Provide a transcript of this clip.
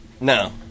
No